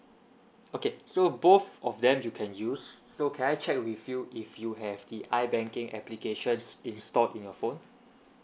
okay so both of them you can use so can I check with you if you have the i banking applications installed in your phone